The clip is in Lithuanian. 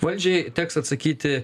valdžiai teks atsakyti